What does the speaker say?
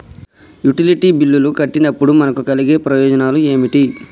Utility బిల్లులు కట్టినప్పుడు మనకు కలిగే ప్రయోజనాలు ఏమిటి?